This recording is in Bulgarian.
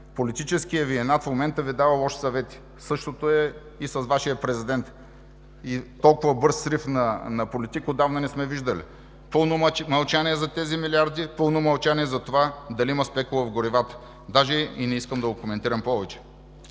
Политическият Ви инат в момента Ви дава лоши съвети. Същото е и с Вашия президент. Толкова бърз срив на политик отдавна не сме виждали. Пълно мълчание за тези милиарди, пълно мълчание за това дали има спекула в горивата. Даже не искам и да го коментирам повече.